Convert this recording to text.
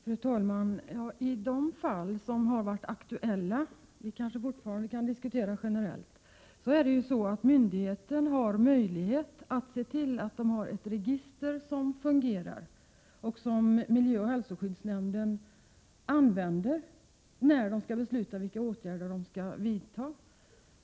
Fru talman! I de fall som har varit aktuella — vi kan kanske fortfarande diskutera frågan generellt — har ju myndigheten haft möjlighet att se till att det finns ett fungerande register. Miljöoch hälsoskyddsnämnderna använder ju ett sådant när de skall besluta om vilka åtgärder som skall vidtas.